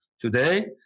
today